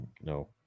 no